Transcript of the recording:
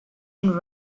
and